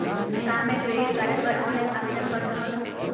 का मैं credit card बर ऑनलाइन आवेदन कर सकथों?